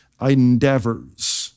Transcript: endeavors